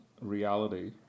reality